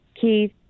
Keith